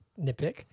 nitpick